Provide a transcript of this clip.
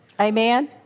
Amen